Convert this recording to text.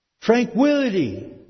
Tranquility